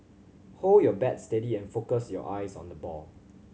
hold your bat steady and focus your eyes on the ball